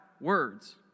words